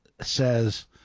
says